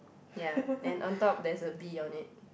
ya and on top there's a bee on it